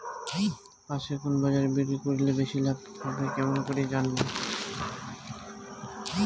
পাশের কুন বাজারে বিক্রি করিলে বেশি লাভ হবে কেমন করি জানবো?